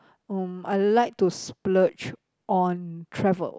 mm I like to splurge on travel